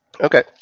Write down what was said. Okay